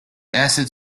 asset